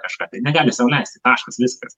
kažką tai negali sau leisti taškas viskas